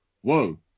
whoa